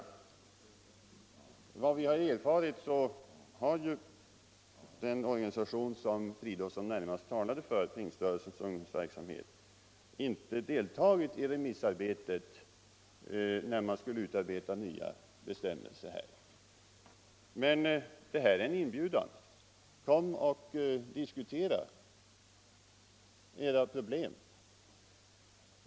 Efter vad vi erfarit har den organisation som herr Fridolfsson närmast talade för — pingströrelsens ungdomsverksamhet — inte deltagit i remissarbetet vid utformningen av de nya bestämmelserna. Men det här är en inbjudan: Kom och diskutera era problem!